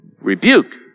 rebuke